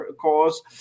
cause